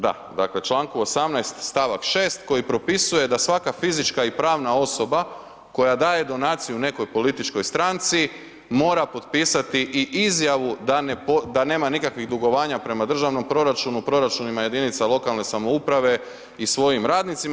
Da, dakle u članku 18. stavak 6. koji propisuje da svaka fizička i pravna osoba koja daje donaciju nekoj političkoj stranci mora potpisati i izjavu da nema nikakvih dugovanja prema državnom proračunu, proračunima jedinica lokalne samouprave i svojim radnicima.